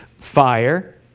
fire